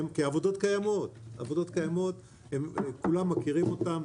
כי העבודות קיימות וכולם מכירים אותן.